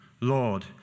Lord